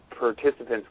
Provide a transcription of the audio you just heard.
participants